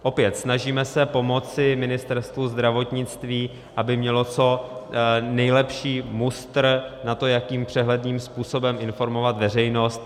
Opět snažíme se pomoci Ministerstvu zdravotnictví, aby mělo co nejlepší mustr na to, jakým přehledným způsobem informovat veřejnost.